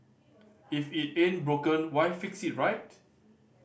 if it ain't broken why fix it right